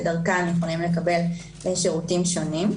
ודרכה הם יכולים לקבל שירותים שונים.